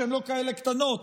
שהן לא כאלה קטנות,